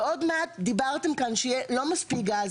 ועוד מעט, דיברתם כאן שיהיה לא מספיק גז.